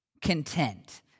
content